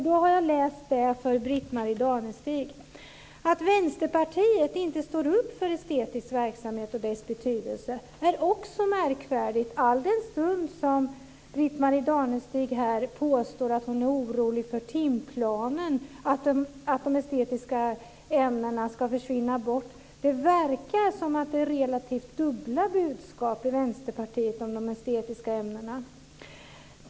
Då har jag läst det för Britt-Marie Danestig. Det är också märkvärdigt att Vänsterpartiet inte står upp för estetisk verksamhet och dess betydelse alldenstund Britt-Marie Danestig påstår att hon är orolig för timplanen och för att de estetiska ämnena ska försvinna. Det verkar som att det är relativt dubbla budskap i Vänsterpartiet om de estetiska ämnena.